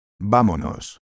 Vámonos